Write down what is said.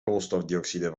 koolstofdioxide